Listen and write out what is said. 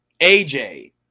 AJ